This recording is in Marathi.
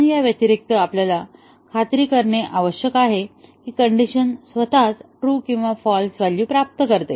आणि या व्यतिरिक्त आपल्याला खात्री करणे आवश्यक आहे की कण्डिशन स्वतःच ट्रू आणि फाल्स व्हॅल्यू प्राप्त करते